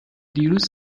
دیروز